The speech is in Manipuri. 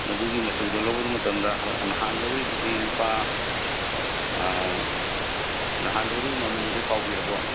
ꯃꯗꯨꯒꯤ ꯃꯆꯨꯗꯣ ꯂꯧꯕ ꯃꯇꯝꯗ ꯅꯍꯥꯟ ꯂꯧꯔꯤꯗꯨꯗꯤ ꯂꯨꯄꯥ ꯅꯍꯥꯟ ꯂꯧꯔꯤꯕ ꯃꯃꯜꯗꯨꯗꯤ ꯀꯥꯎꯕꯤꯔꯕꯣ